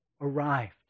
arrived